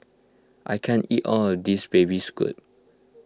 I can't eat all of this Baby Squid